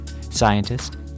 scientist